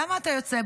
למה אתה יוצא?